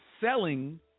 selling